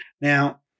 Now